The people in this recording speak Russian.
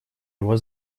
его